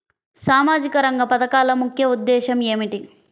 సామాజిక రంగ పథకాల ముఖ్య ఉద్దేశం ఏమిటీ?